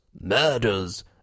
murders